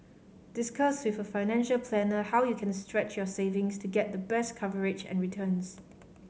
discuss with a financial planner how you can stretch your savings to get the best coverage and returns